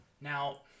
Now